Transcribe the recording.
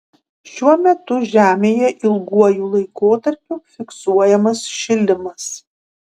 šiuo metu žemėje ilguoju laikotarpiu fiksuojamas šilimas